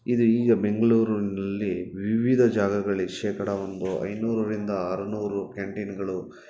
ಇದು ಈಗ ಬೆಂಗ್ಳೂರಿನಲ್ಲಿ ವಿವಿದ ಜಾಗಗಳಿ ಶೇಕಡ ಒಂದು ಐನೂರರಿಂದ ಆರುನೂರು ಕ್ಯಾಂಟೀನ್ಗಳು